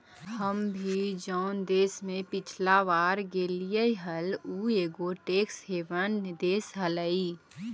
हम भी जऊन देश में पिछला बार गेलीअई हल ऊ एगो टैक्स हेवन देश हलई